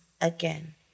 again